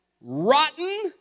rotten